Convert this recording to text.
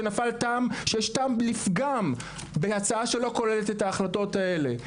שיש טעם לפגם בהצעה שלא כוללת את ההחלטות הללו,